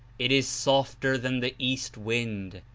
it is softer than the east wind,